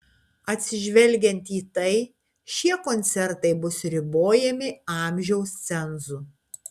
atsižvelgiant į tai šie koncertai bus ribojami amžiaus cenzu